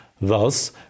thus